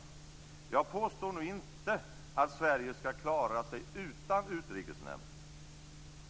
Jag påstår nu inte att Sverige skall klara sig utan utrikesnämnd.